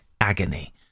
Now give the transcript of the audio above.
agony